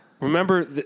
remember